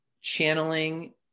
channeling